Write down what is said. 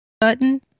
button